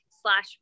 slash